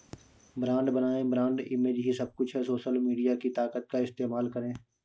brand बनाएं, brand image ही सब कुछ है, सोशल मीडिया की ताकत का इस्तेमाल करें